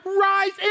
Rise